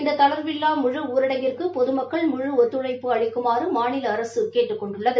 இந்த தளர்வில்லா முழு ஊரடங்கிற்கு பொதுமக்கள் முழு ஒத்துழைப்பு அளிக்குமாறு மாநில அரசு கேட்டுக் கொண்டுள்ளது